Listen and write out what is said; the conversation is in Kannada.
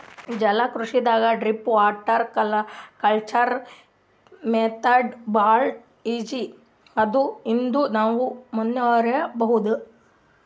ಜಲಕೃಷಿದಾಗ್ ಡೀಪ್ ವಾಟರ್ ಕಲ್ಚರ್ ಮೆಥಡ್ ಭಾಳ್ ಈಜಿ ಅದಾ ಇದು ನಾವ್ ಮನ್ಯಾಗ್ನೂ ಮಾಡಬಹುದ್